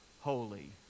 holy